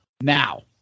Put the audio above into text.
Now